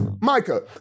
Micah